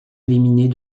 éliminés